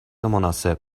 مناسب